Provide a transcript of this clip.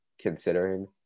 considering